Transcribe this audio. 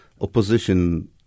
opposition